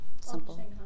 Simple